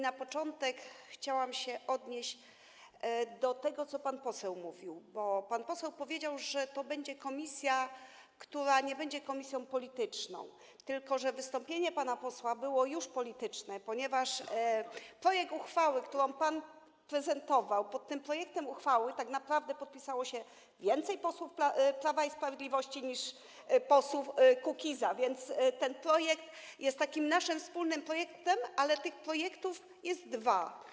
Na początek chciałam się odnieść do tego, co pan poseł mówił, bo pan poseł powiedział, że to będzie komisja, która nie będzie komisją polityczną, tylko że wystąpienie pana posła było już polityczne, ponieważ jeśli chodzi o projekt uchwały, którą pan prezentował, pod tym projektem uchwały tak naprawdę podpisało się więcej posłów Prawa i Sprawiedliwości niż posłów Kukiza, więc ten projekt jest takim naszym wspólnym projektem, ale te projekty są dwa.